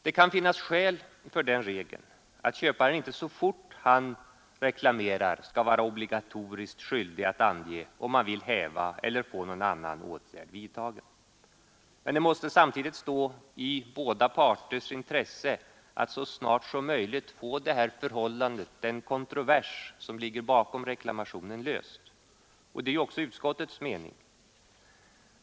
Det kan finnas skäl för den regeln att köparen inte så fort han reklamerar skall vara obligatoriskt skyldig att anmäla om han vill häva köpet eller få någon annan åtgärd vidtagen. Men det måste samtidigt stå i båda parters intresse att så snart som möjligt få det här förhållandet, den kontrovers som ligger bakom reklamationen, löst. Det är också utskottets mening.